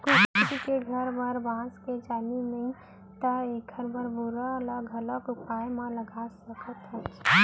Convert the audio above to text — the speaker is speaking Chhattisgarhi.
कुकरी के घर बर बांस के जाली नइये त एकर बर बोरा ल घलौ उपयोग म ला सकत हस